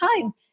time